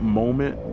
moment